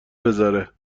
بزاره